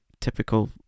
typical